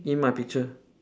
in my picture